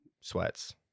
sweats